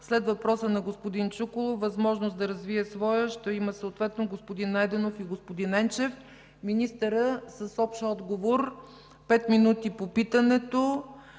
след въпроса на господин Чуколов, възможност да развие своя ще има съответно господин Найденов и господин Енчев. Министърът – с общ отговор, пет минути по питането